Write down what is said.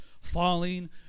falling